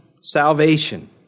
salvation